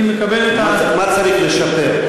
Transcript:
אני מקבל את, ומה צריך לשפר.